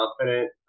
confident